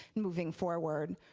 moving forward,